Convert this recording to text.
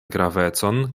gravecon